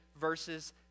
verses